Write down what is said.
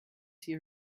see